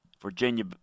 Virginia